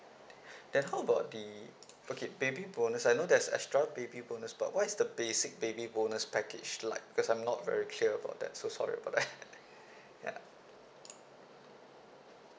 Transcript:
then how about the okay baby bonus I know there's extra baby bonus but what is the basic baby bonus package like because I'm not very clear about that so sorry about that ya